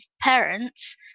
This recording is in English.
parents